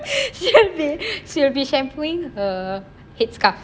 she will be shampooing her headscarf